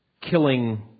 killing